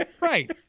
Right